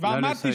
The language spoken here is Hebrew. נא לסיים.